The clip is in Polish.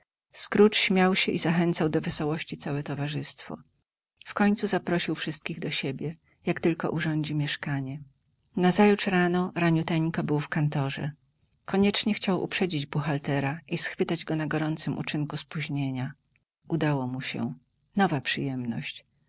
scrooge śmiał się i zachęcał do wesołości całe towarzystwo wkońcu zaprosił wszystkich do siebie jak tylko urządzi mieszkanie nazajutrz rano raniuteńko był w kantorze koniecznie chciał uprzedzić buchaltera i schwytać go na gorącym uczynku spóźnienia udało mu się nowa przyjemność